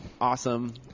awesome